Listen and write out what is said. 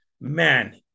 man